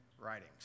writings